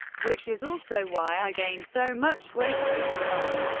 which is also why i gained so much weight later on.